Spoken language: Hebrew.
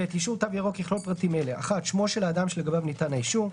אישור "תו ירוק" יכלול פרטים אלה: שמו של האדם שלגביו ניתן האישור,